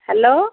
hello